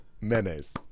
Mayonnaise